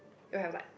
you have like